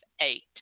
eight